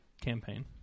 campaign